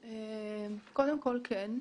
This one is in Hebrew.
כן.